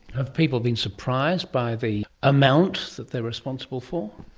have people been surprised by the amount that they're responsible for?